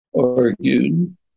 argued